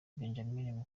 benjamin